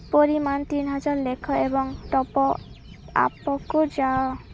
ପରିମାଣ ତିନିହଜାର ଲେଖ ଏବଂ ଟପ୍ ଆପ୍କୁ ଯାଅ